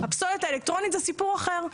הפסולת האלקטרונית זה סיפור אחר.